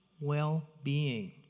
well-being